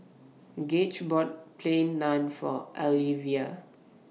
Gage bought Plain Naan For Alyvia